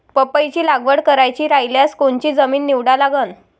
पपईची लागवड करायची रायल्यास कोनची जमीन निवडा लागन?